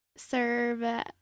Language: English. serve